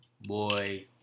boy